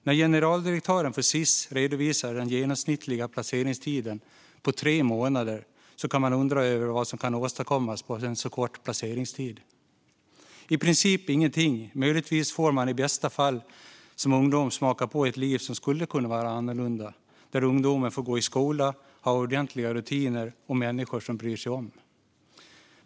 När generaldirektören för Sis redovisar att den genomsnittliga placeringstiden är tre månader kan man undra över vad som kan åstadkommas på så kort tid. I princip ingenting. Möjligtvis, i bästa fall, får ungdomen se att livet skulle kunna vara annorlunda och smaka på ett liv där hen får gå i skola, ha ordentliga rutiner och människor som bryr sig.